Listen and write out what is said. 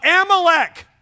Amalek